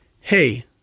hey